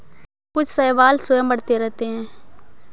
कुछ शैवाल स्वयं बढ़ते रहते हैं